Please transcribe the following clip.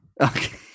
Okay